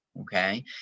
okay